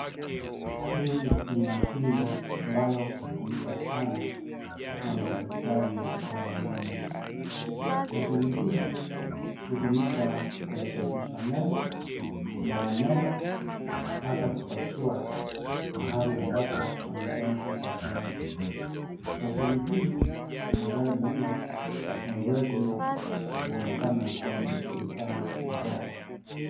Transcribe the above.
Hii ni mashine ambayo hutumika sana na madaktari wa meno. Mashine hii hutumika kurekebisha meno, kung'oa meno hata kupasua mahali ambapo panahitaji upasuaji. Mashine hii ni ghali mno na haiwezi kuonekana kwa mtaa mdogo.